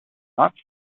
not